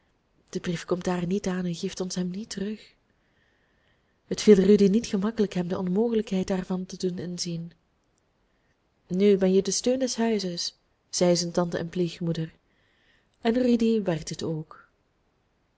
de brief komt daar niet aan en geeft ons hem niet terug het viel rudy niet gemakkelijk hem de onmogelijkheid daarvan te doen inzien nu ben je de steun des huizes zei zijn tante en pleegmoeder en rudy werd dit ook